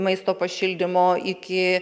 maisto pašildymo iki